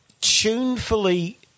tunefully